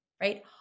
right